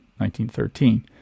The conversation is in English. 1913